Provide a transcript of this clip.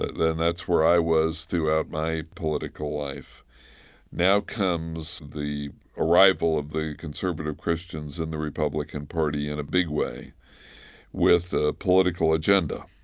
and that's where i was throughout my political life now comes the arrival of the conservative christians and the republican party in a big way with a political agenda,